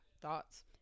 thoughts